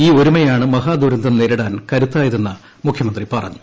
ഈ ഒരുമയാണ് മഹാദുരന്തം നേരിടാൻ കരുത്തായതെന്ന് മുഖ്യമന്ത്രി പറഞ്ഞു